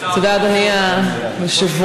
תודה, אדוני היושב-ראש.